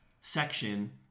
section